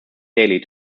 daily